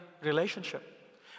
relationship